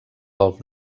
golf